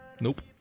Nope